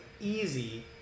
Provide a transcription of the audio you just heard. easy